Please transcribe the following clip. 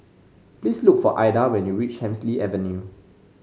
please look for Aida when you reach Hemsley Avenue